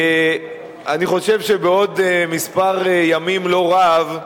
אני חושב שבעוד מספר ימים לא רב,